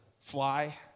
fly